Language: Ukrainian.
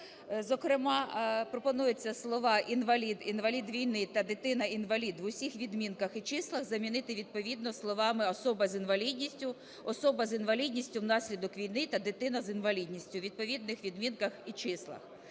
Зокрема, пропонується слова "інвалід", "інвалід війни" та "дитина-інвалід" в усіх відмінках і числах замінити відповідно словами "особа з інвалідністю", "особа з інвалідністю внаслідок війни" та "дитина з інвалідністю" у відповідних відмінках і числах.